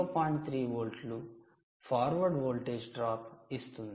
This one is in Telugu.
3 వోల్ట్ల 'ఫార్వర్డ్ వోల్టేజ్ డ్రాప్' ఇస్తుంది